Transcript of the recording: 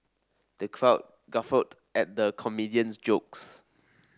the crowd guffawed at the comedian's jokes